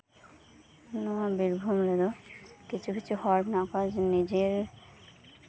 ᱱᱚᱣᱟ ᱵᱤᱨᱵᱷᱩᱢ ᱨᱮᱫᱚ ᱠᱤᱪᱷᱩ ᱠᱤᱪᱷᱩ ᱦᱚᱲ ᱢᱮᱱᱟᱜ ᱠᱚᱣᱟ ᱱᱤᱡᱮᱨ